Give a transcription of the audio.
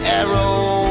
arrow